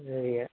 சரிங்க